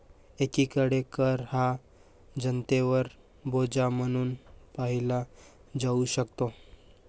एकीकडे कर हा जनतेवर बोजा म्हणून पाहिला जाऊ शकतो